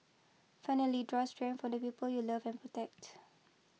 finally draw strength from the people you love and protect